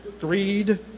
greed